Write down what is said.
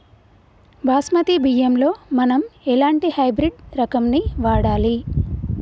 బాస్మతి బియ్యంలో మనం ఎలాంటి హైబ్రిడ్ రకం ని వాడాలి?